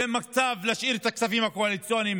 ואין מצב להשאיר את הכספים הקואליציוניים